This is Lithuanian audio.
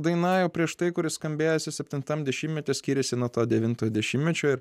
daina jau prieš tai kuri skambėjo septintam dešimtmetyj skiriasi nuo to devintojo dešimtmečio ir